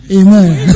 amen